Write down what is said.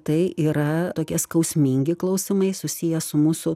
tai yra tokie skausmingi klausimai susiję su mūsų